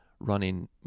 running